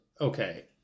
okay